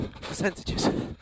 percentages